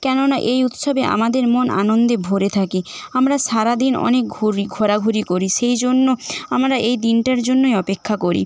কেননা এই উৎসবে আমাদের মন আনন্দে ভরে থাকে আমরা সারাদিন অনেক ঘুরি ঘোরাঘুরি করি সেই জন্য আমরা এই দিনটার জন্যই অপেক্ষা করি